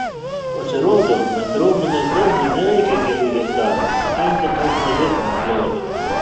pasirodo bendruomenės daržui nereikia kelių hektarų užtenka daug mažesnio ploto